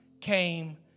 came